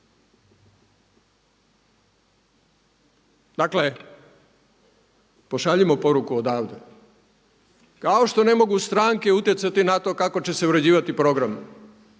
dakle pošaljimo poruku od ovdje. Kao što ne mogu stranke utjecati na to kako će se uređivati program,